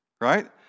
Right